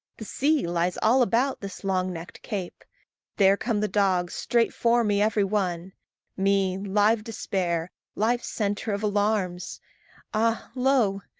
the sea lies all about this long-necked cape there come the dogs, straight for me every one me, live despair, live centre of alarms ah! lo!